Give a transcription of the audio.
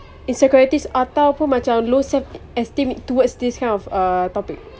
insecurities ataupun macam low self esteem towards this kind of uh topic